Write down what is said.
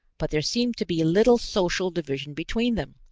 but there seemed to be little social division between them,